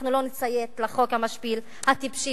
אנחנו לא נציית לחוק המשפיל, הטיפשי